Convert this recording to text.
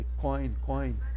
coin-coin